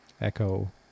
Echo